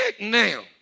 now